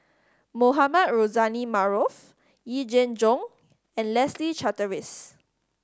Mohamed Rozani Maarof Yee Jenn Jong and Leslie Charteris